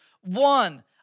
one